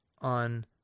on